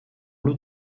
lot